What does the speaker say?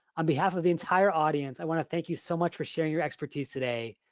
on behalf of the entire audience i want to thank you so much for sharing your expertise today.